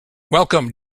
welcome